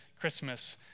Christmas